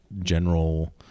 general